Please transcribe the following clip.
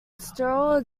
sterile